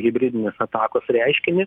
hibridinės atakos reiškinį